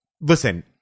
listen